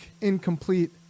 incomplete